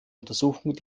untersuchung